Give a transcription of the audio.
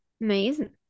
Amazing